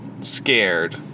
scared